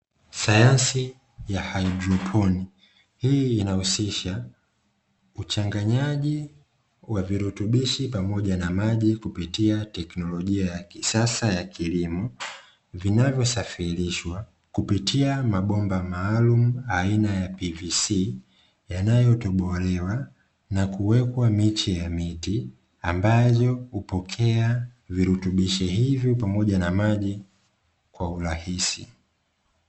Sayansi ya haidroponi hii inahusisha uchanganyaji wa virutubishi pamoja na maji kupitia teknolojia ya kisasa ya kilimo vinavyosafirishwa kupitia mabomba maalumu aina ya PVC yanayotobolewa na kuwekwa miche ya miti ambazo hupokea virutubisho hivyo pamoja na maji kwa urahisi.